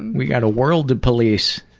we've got a world to police.